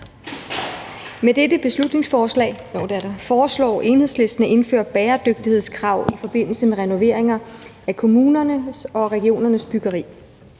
Med dette beslutningsforslag foreslår Enhedslisten at indføre bæredygtighedskrav i forbindelse med renoveringer af kommunernes og regionernes byggeri.